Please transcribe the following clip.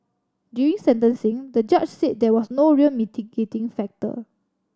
during sentencing the judge said there was no real mitigating factor